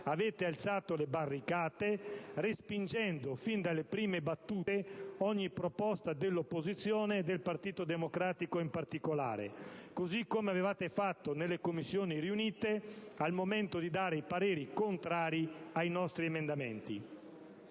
avete alzato le barricate, respingendo fin dalle prime battute ogni proposta dell'opposizione, e del Partito Democratico in particolare, così come avevate fatto nelle Commissioni riunite, dove era stato espresso parere contrario sui nostri emendamenti.